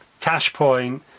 Cashpoint